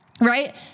right